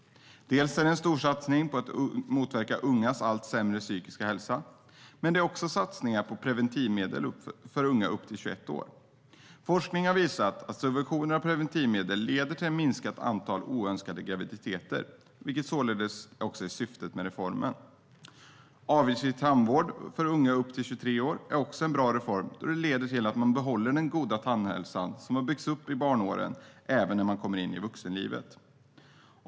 Dels är det en storsatsning för att motverka ungas allt sämre psykiska hälsa, dels är det satsningar på preventivmedel för unga upp till 21 år. Forskning har visat att subventionering av preventivmedel leder till ett minskat antal oönskade graviditeter, vilket således är syftet med reformen. Avgiftsfri tandvård för unga upp 23 år är också en bra reform, då man behåller den goda tandhälsan som har byggts upp i barnåren även när man kommer in i vuxenlivet.